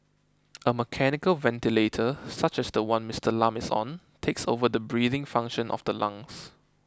a mechanical ventilator such as the one Mister Lam is on takes over the breathing function of the lungs